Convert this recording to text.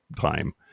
time